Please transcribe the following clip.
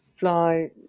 fly